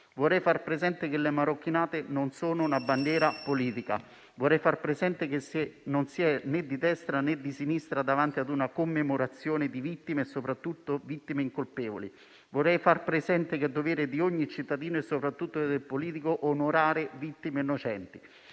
Vorrei far presente che le marocchinate non sono una bandiera politica. Vorrei far presente che non si né di destra, né di sinistra davanti a una commemorazione di vittime, soprattutto se incolpevoli. Vorrei far presente altresì che è dovere di ogni cittadino e soprattutto del politico onorare vittime innocenti: